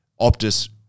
Optus –